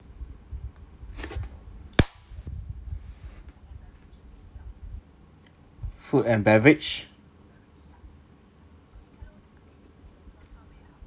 food and beverage